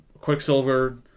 Quicksilver